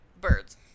Birds